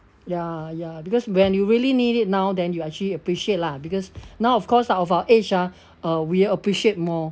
ya ya because when you really need it now then you actually appreciate lah because now of course ah of our age ah uh we'll appreciate more